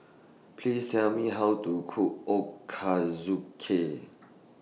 Please Tell Me How to Cook Ochazuke